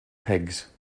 pigs